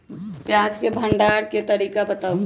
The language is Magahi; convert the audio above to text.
प्याज के भंडारण के तरीका बताऊ?